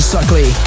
Suckley